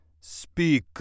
speak